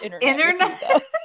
internet